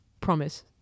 promise